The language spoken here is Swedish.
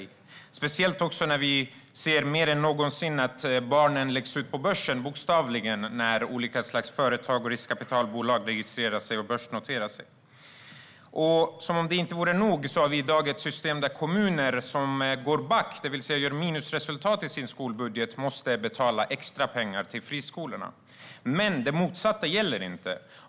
Det gäller speciellt när vi ser att barn mer än någonsin bokstavligen läggs ut på börsen när olika slags företag och riskkapitalbolag registreras och börsnoteras. Som om det inte vore nog har vi i dag ett system där kommuner som går back, det vill säga gör minusresultat i sin skolbudget, måste betala extra pengar till friskolorna. Men det motsatta gäller inte.